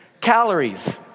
Calories